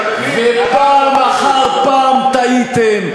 ופעם אחר פעם טעיתם.